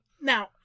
Now